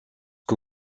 que